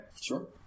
Sure